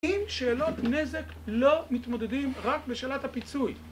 עם שאלות נזק לא מתמודדים, רק בשאלת הפיצוי